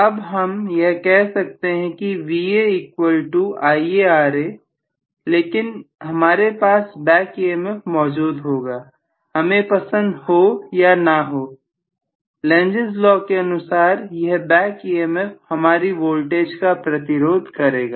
अब हम कह सकते हैं कि Va इक्वल टू IaRa लेकिन हमारे पास बैक EMF मौजूद होगा हमें पसंद हो या ना हो लेनज़ लो के अनुसार यह बैक EMF हमारी वोल्टेज का प्रतिरोध करेगा